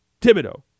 Thibodeau